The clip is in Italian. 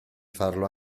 farlo